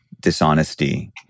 dishonesty